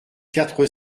quatre